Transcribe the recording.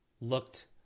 looked